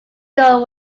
goal